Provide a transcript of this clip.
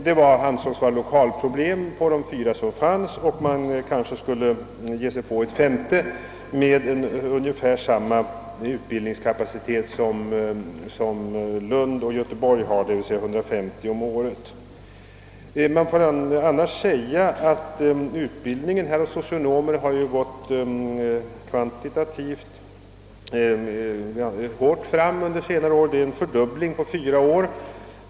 Det sades i direktiven, att det förelåg lokalproblem vid de fyra socialhögskolorna, varför man kanske borde inrätta en femte med ungefär samma utbildningskapacitet som socialhögskolorna i Lund och Göteborg har, d. v. s. 150 utexaminerade om året. Socionomutbildningen har kvantitativt sett ökat kraftigt under senare år — det har varit nära nog en fördubbling på fyra år.